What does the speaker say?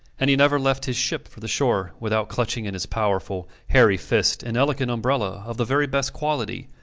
and he never left his ship for the shore without clutching in his powerful, hairy fist an elegant umbrella of the very best quality,